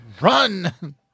run